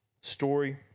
story